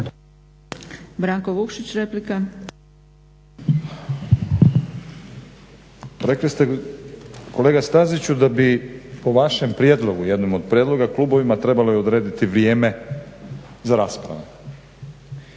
Stranka rada)** Rekli ste kolega Staziću da bi po vašem prijedlogu jednom od prijedloga klubovima trebalo odrediti vrijeme za rasprave.